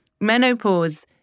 Menopause